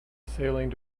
sailing